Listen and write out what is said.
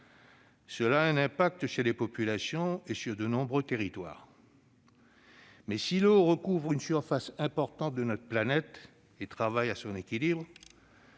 Cela a un impact sur les populations et sur de nombreux territoires. Si l'eau recouvre une surface importante de notre planète et travaille à son équilibre,